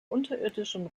unterirdischen